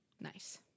Nice